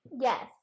Yes